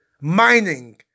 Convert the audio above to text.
mining